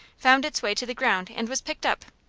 found its way to the ground and was picked up.